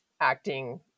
acting